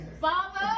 father